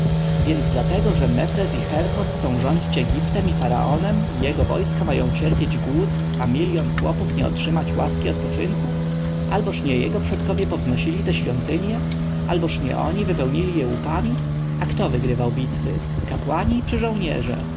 więc dlatego że mefres i herhor chcą rządzić egiptem i faraonem jego wojska mają cierpieć głód a miljon chłopów nie otrzymać łaski odpoczynku alboż nie jego przodkowie powznosili te świątynie alboż nie oni wypełnili je łupami a kto wygrywał bitwy kapłani czy żołnierze